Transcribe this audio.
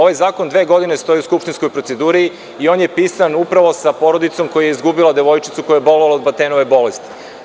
Ovaj zakon dve godine stoji u skupštinskoj proceduri i on je pisan upravo sa porodicom koja je izgubila devojčicu koja je bolovala od Batenove bolesti.